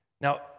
Now